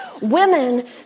Women